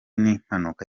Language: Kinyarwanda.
n’impanuka